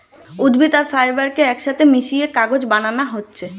উদ্ভিদ আর ফাইবার কে একসাথে মিশিয়ে কাগজ বানানা হচ্ছে